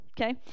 okay